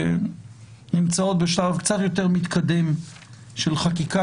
שנמצאות בשלב קצת יותר מתקדם של חקיקה